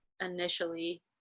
initially